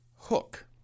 hook